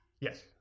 yes